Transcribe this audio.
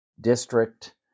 district